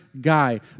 guy